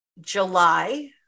july